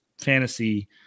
fantasy